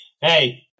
Hey